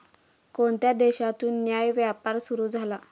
कोणत्या देशातून न्याय्य व्यापार सुरू झाला?